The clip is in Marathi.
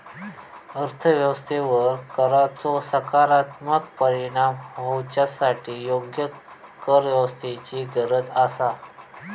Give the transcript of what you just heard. अर्थ व्यवस्थेवर कराचो सकारात्मक परिणाम होवच्यासाठी योग्य करव्यवस्थेची गरज आसा